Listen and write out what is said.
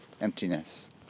emptiness